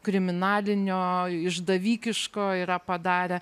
kriminalinio išdavikiško yra padarę